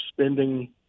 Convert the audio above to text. spending